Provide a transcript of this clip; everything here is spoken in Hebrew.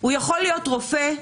הוא יכול להיות רופא,